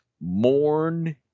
mourn